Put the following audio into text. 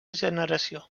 generació